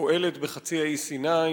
שפועלת בחצי האי סיני,